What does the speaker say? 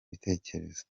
bitekerezo